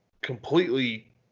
completely